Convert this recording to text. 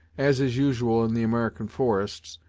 as is usual in the american forests,